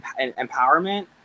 empowerment